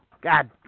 God